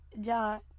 John